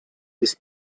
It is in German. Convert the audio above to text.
ist